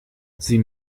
sie